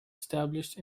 established